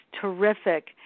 terrific